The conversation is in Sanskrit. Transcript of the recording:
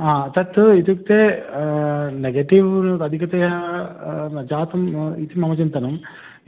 हा तत् इत्युक्ते नेगेटिव् अधिकतया जातम् इति मम चिन्तनं